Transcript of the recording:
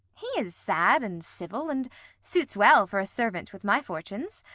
he is sad and civil, and suits well for a servant with my fortunes.